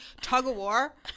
tug-of-war